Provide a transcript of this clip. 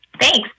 Thanks